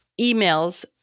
emails